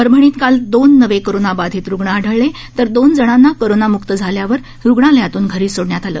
परभणीत काल दोन नवे कोरोनाबाधित रुग्ण आढळले तर दोन जणांना कोरोनामुक्त झाल्यानंतर रुग्णालयातून घरी सोडलं